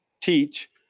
teach